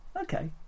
Okay